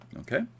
Okay